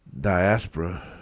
diaspora